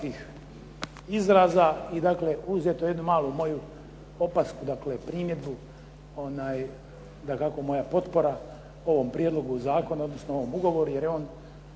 izrazima i dakle uzet jednu malu moju opasku, dakle primjedbu. Dakako moja potpora ovom prijedlogu zakona, odnosno ovom ugovoru, jer je on